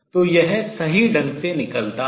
तो यह सही ढंग से निकलता है